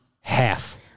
Half